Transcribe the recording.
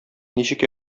ничек